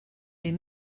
des